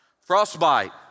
Frostbite